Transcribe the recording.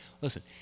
listen